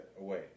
away